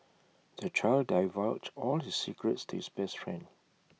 the child divulged all his secrets to his best friend